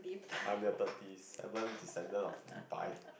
I'm the thirties seven decendant of Li-Bai